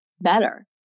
better